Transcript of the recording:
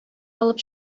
алып